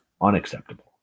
unacceptable